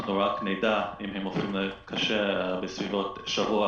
אנחנו נדע אם הופכים לחולים קשה בסביבות שבוע